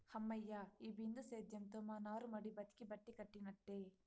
హమ్మయ్య, ఈ బిందు సేద్యంతో మా నారుమడి బతికి బట్టకట్టినట్టే